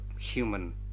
human